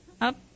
Up